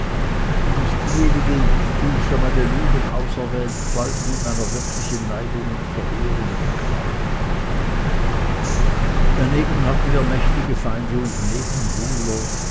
und ich diejenige die ich für meine lügen auserwählt bald mit meiner wirklichen neigung und verehrung bekleidete daneben hatten wir mächtige feinde und nebenbuhler